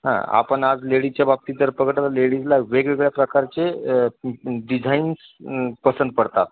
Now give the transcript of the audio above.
हां आपण आज लेडीजच्या बाबतीत जर बघितलं लेडीजला वेगवेगळ्या प्रकारचे डिझाईन्स पसंत पडतात